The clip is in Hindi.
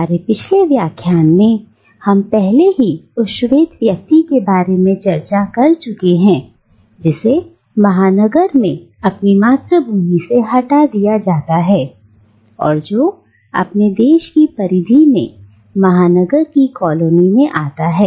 हमारे पिछले व्याख्यान में हम पहले ही उस श्वेत व्यक्ति के बारे में चर्चा कर चुके हैं जिसे महानगर में अपनी मातृभूमि से हटा दिया जाता है और जो अपने देश की परिधि में महानगर की कॉलोनी में आता है